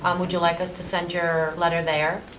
um would you like us to send your letter there?